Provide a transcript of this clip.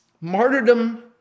Martyrdom